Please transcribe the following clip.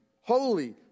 holy